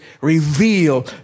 reveal